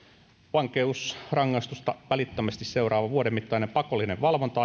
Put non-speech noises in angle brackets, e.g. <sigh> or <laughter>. vankeusrangaistusta välittömästi seuraava vuoden mittainen pakollinen valvonta <unintelligible>